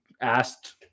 asked